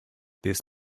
this